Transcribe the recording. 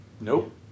nope